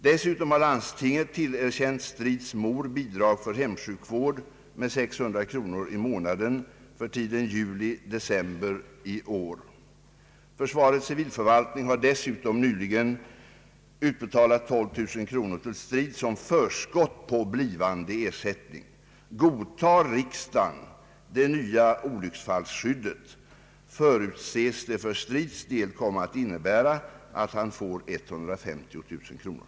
Dessutom har landstinget tillerkänt Stridhs mor bidrag för hemsjukvård med 600 kronor i månaden för tiden juli—december 1969. Försvarets civilförvaltning har dessutom nyligen utbetalat 12 000 kronor till Stridh som förskott på blivande ersättning. Godtar riksdagen det nya olycksfallsskyddet, förutses det för Stridhs del komma att innebära att han får 150 000 kronor.